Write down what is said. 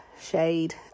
shade